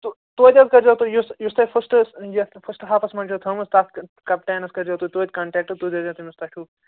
تہٕ تۄتہِ حظ کٔرۍزیٚو تُہۍ یُس یُس تۄہہِ فٕسٹ یَتھ فٕسٹ ہافَس منٛز چھُو تھٲومٕژ تتھ کَپٹینَس کٔرۍزیٚو تُہۍ توتہِ کَنٹیکٹ تُہۍ دٔپۍزیٚو تٔمِس تۄہہِ چھُو